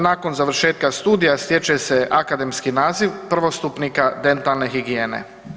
Nakon završetka studija, stječe se akademski naziv prvostupnika dentalne higijene.